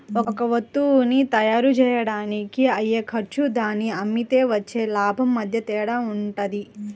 ఒక వత్తువుని తయ్యారుజెయ్యడానికి అయ్యే ఖర్చు దాన్ని అమ్మితే వచ్చే లాభం మధ్య తేడా వుంటది